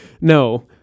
no